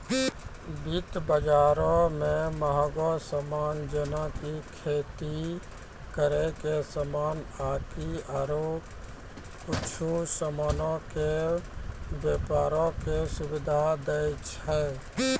वित्त बजारो मे मंहगो समान जेना कि खेती करै के समान आकि आरु कुछु समानो के व्यपारो के सुविधा दै छै